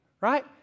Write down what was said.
right